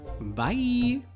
bye